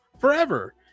forever